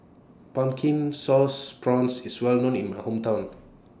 Pumpkin Sauce Prawns IS Well known in My Hometown